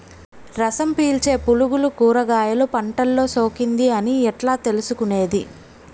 రసం పీల్చే పులుగులు కూరగాయలు పంటలో సోకింది అని ఎట్లా తెలుసుకునేది?